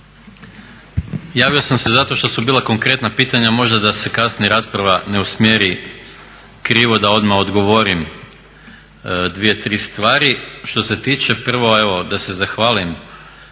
Javio sam se zato što su bila konkretna pitanja, možda da se kasnije rasprava ne usmjeri krivo da odmah odgovorim 2, 3 stvari. Što se tiče prvo evo da se zahvalim